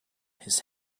his